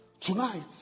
Tonight